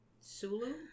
Sulu